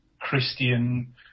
Christian